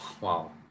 wow